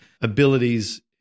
abilities